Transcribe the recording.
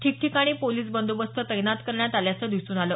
ठिकठिकाणी पोलीस बंदोबस्त तैनात करण्यात आल्याचं दिसून आलं